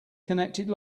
connected